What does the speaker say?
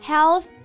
Health